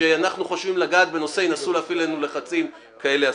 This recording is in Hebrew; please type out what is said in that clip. כשאנחנו חושבים לגעת בנושא ינסו להפעיל עלינו לחצים כאלה אסורים.